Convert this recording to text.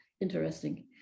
Interesting